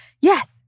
yes